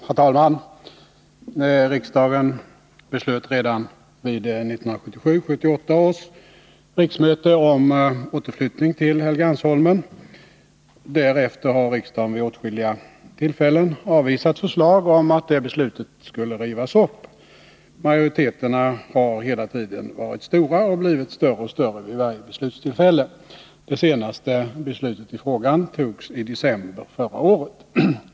Herr talman! Riksdagen beslöt redan vid 1977/78 års riksmöte om återflyttning till Helgeandsholmen. Därefter har riksdagen vid åtskilliga tillfällen avvisat förslag om att det beslutet skulle rivas upp. Majoriteterna har hela tiden varit stora och blivit större och större vid varje beslutstillfälle. Det senaste beslutet i frågan togs i december förra året.